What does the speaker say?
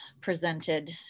presented